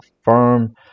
firm